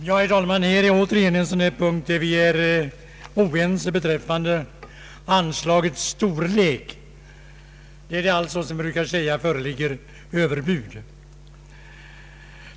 Herr talman! Här är återigen en sådan punkt, där vi är oense beträffande anslagets storlek, och där det, som jag brukar säga, föreligger överbud.